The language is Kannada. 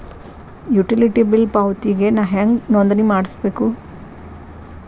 ಯುಟಿಲಿಟಿ ಬಿಲ್ ಪಾವತಿಗೆ ನಾ ಹೆಂಗ್ ನೋಂದಣಿ ಮಾಡ್ಸಬೇಕು?